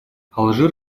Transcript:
алжир